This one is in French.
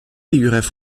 figuraient